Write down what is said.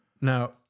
Now